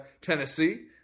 Tennessee